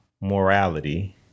Morality